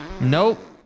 nope